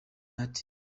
natives